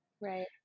Right